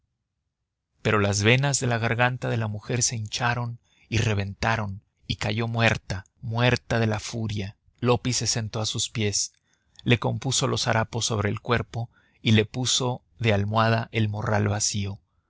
pero las venas de la garganta de la mujer se hincharon y reventaron y cayó muerta muerta de la furia loppi se sentó a sus pies le compuso los harapos sobre el cuerpo y le puso de almohada el morral vacío